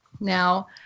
Now